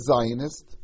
Zionist